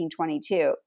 1922